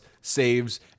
saves